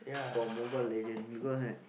for Mobile-Legends because I